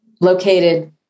located